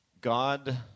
God